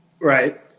Right